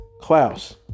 Klaus